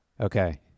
Okay